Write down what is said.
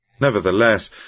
Nevertheless